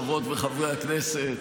חברות וחברי הכנסת,